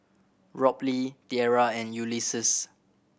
Robley Tiera and Ulises